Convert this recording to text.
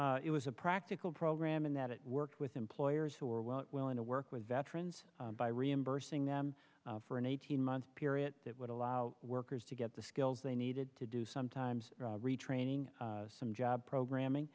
life it was a practical program in that it worked with employers who are willing to work with veterans by reimbursing them for an eighteen month period that would allow workers to get the skills they needed to do sometimes retraining some job programming